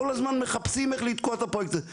כל הזמן מחפשים את לתקוע את הפרויקט הזה,